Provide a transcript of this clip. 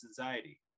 anxiety